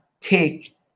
take